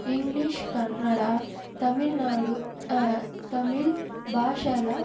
English Kannada Tamil Nadu Tamil భాషల